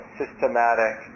systematic